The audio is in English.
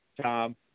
Tom